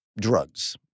drugs